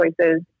choices